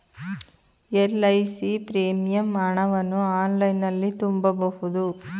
LIC premium ಹಣವನ್ನು ಆನ್ಲೈನಲ್ಲಿ ತುಂಬಬಹುದು